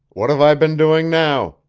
what have i been doing now?